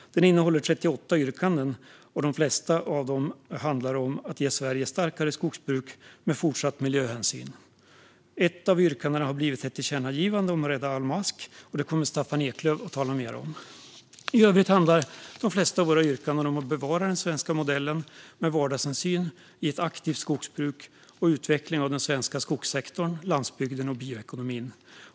Den innehåller 38 yrkanden, och de flesta av dem handlar om att ge Sverige starkare skogsbruk med fortsatt miljöhänsyn. Ett av yrkandena har blivit ett tillkännagivande om att rädda alm och ask, vilket Staffan Eklöf kommer att tala mer om. I övrigt handlar de flesta av våra yrkanden om att bevara den svenska modellen med vardagshänsyn i ett aktivt skogsbruk och om utveckling av den svenska skogssektorn, landsbygden och bioekonomin.